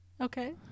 Okay